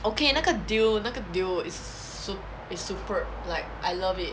okay 那个 deal 那个 deal is sup~ is superb like I love it